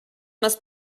must